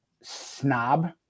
snob